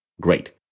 Great